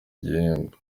igihembo